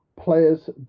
players